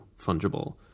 fungible